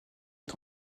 est